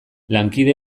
lankide